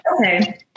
okay